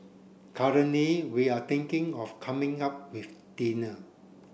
currently we are thinking of coming up with dinner